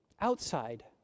Outside